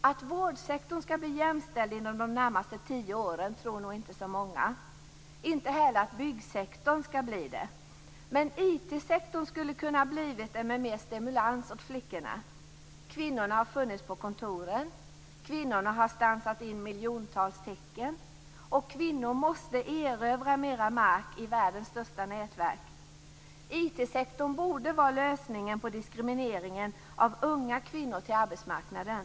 Att vårdsektorn skall bli jämställd inom de närmaste tio åren tror nog inte så många. Inte heller att byggsektorn skall bli det. Men IT-sektorn skulle ha kunnat bli det med mera stimulans åt flickorna. Kvinnorna har funnits på kontoren. Kvinnorna har stansat in miljontals tecken. Kvinnor måste erövra mera mark i världens största nätverk. IT-sektorn borde vara lösningen på diskrimineringen av unga kvinnor på arbetsmarknaden.